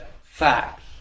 facts